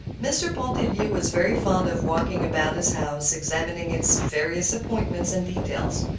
mr. pontellier was very fond of walking about his house examining its various appointments and details,